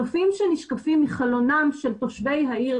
הנופים שנשקפים מחלונם של תושבי העיר,